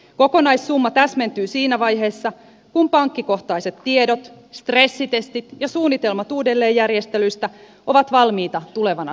kokonaissumma täsmentyy siinä vaiheessa kun pankkikohtaiset tiedot stressitestit ja suunnitelmat uudelleenjärjestelyistä ovat valmiita tulevana syksynä